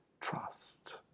trust